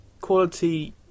quality